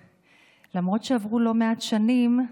ולמרות שעברו לא מעט שנים,